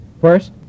First